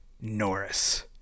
Norris